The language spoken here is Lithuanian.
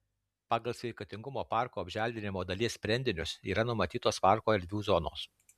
pagal sveikatingumo parko apželdinimo dalies sprendinius yra numatytos parko erdvių zonos